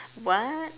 what